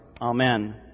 Amen